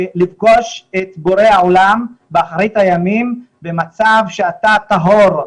של לפגוש את בורא עולם באחרית הימים במצב שאתה טהור.